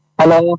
hello